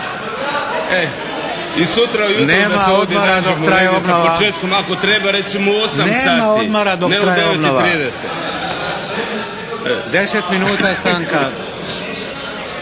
Nema odmora dok traje obnova. 10 minuta stanka.